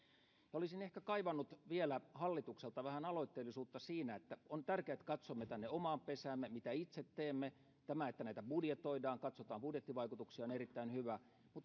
olisin ehkä kaivannut hallitukselta vielä vähän aloitteellisuutta on tärkeää että katsomme tänne omaan pesäämme mitä itse teemme tämä että näitä budjetoidaan katsotaan budjettivaikutuksia on erittäin hyvä mutta